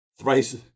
Thrice